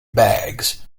bags